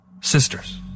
Sisters